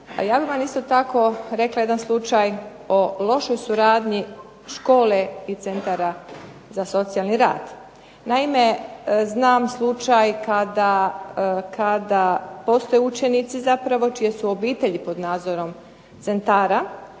ja bih vam isto tako rekla jedan slučaj o lošoj suradnji škole i centara za socijalni rad. Naime, znam slučaj kada postoje učenici zapravo čije su obitelji zapravo pod nadzorom centara.